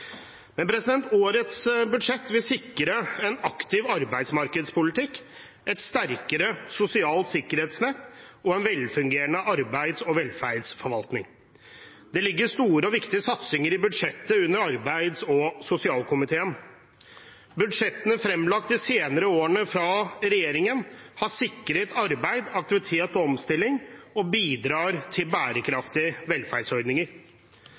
Årets budsjett vil sikre en aktiv arbeidsmarkedspolitikk, et sterkere sosialt sikkerhetsnett og en velfungerende arbeids- og velferdsforvaltning. Det ligger store og viktige satsinger i budsjettet under arbeids- og sosialkomiteen. Budsjettene fremlagt de senere årene fra regjeringen har sikret arbeid, aktivitet og omstilling og bidrar til